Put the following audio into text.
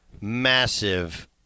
massive